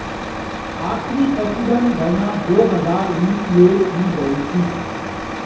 आखिरी पशुधन गणना दो हजार उन्नीस में की गयी थी